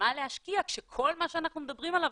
במה להשקיע כשכל מה שאנחנו מדברים עליו